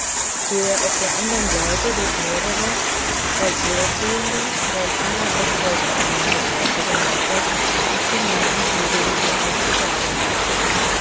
der auf der andern seite durch mehrere teils leerstehende teils nur als polterkammer gebrauchte gemächer mit dem linken flügel des schlosses zusammenhing